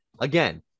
again